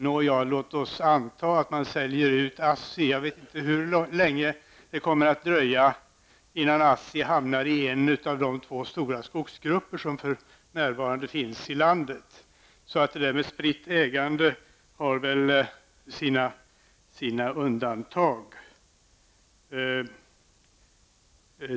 Låt oss emellertid anta att man säljer ut ASSI. Jag vet inte hur länge det kommer att dröja innan ASSI hamnar i en av de två stora skogsgrupper som för närvarande finns i landet. Det finns väl undantag från spritt ägande.